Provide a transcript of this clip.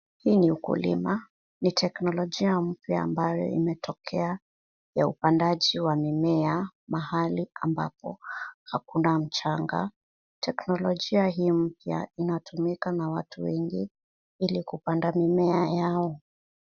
Hii ni ukulima. Ni teknolojia mpya ambayo imetokea ya upandaji wa mimea mahali ambapo hakuna mchanga. Teknolojia hii mpya inatumika na watu wengi ili kupanda mimea yao.